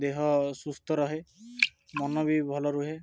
ଦେହ ସୁସ୍ଥ ରହେ ମନ ବି ଭଲ ରୁହେ